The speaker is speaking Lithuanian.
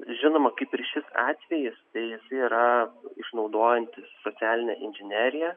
žinoma kaip ir šis atvejis tai jisai yra išnaudojantis socialinę inžineriją